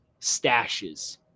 stashes